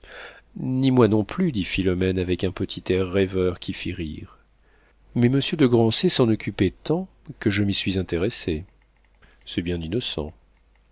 ni moi non plus dit philomène avec un petit air rêveur qui fit rire mais monsieur de grancey s'en occupait tant que je m'y suis intéressée c'est bien innocent